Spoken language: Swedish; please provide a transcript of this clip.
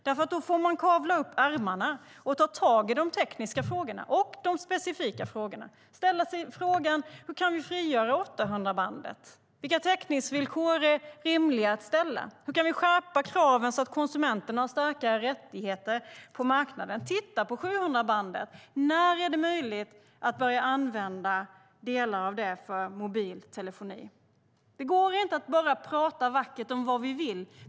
Då får man i stället kavla upp ärmarna och ta tag i de tekniska frågorna och de specifika frågorna. Man får ställa sig en del frågor: Hur kan vi frigöra 800-bandet? Vilka täckningsvillkor är rimliga att ha? Hur kan vi skärpa kraven så att konsumenterna har starkare rättigheter på marknaden? Titta på 700-bandet! När är det möjligt att börja använda delar av det för mobil telefoni? Det går inte att bara prata vackert om vad vi vill.